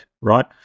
right